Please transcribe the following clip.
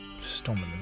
storming